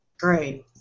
Great